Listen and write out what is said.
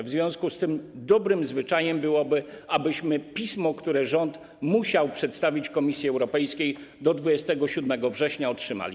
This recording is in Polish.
W związku z tym dobrym zwyczajem byłoby, abyśmy pismo, które rząd musiał przedstawić Komisji Europejskiej do 27 września, otrzymali.